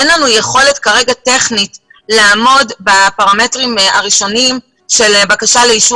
אין לנו כרגע יכולת טכנית לעמוד בפרמטרים הראשונים של בקשה לאישור